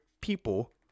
people